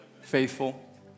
faithful